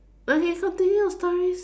okay continue with your stories